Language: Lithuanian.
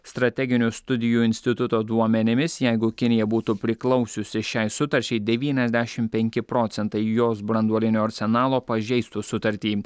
strateginių studijų instituto duomenimis jeigu kinija būtų priklausiusi šiai sutarčiai devyniasdešimt penki procentai jos branduolinio arsenalo pažeistų sutartį